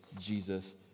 Jesus